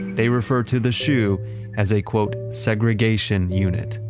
they refer to the shu as a segregation unit.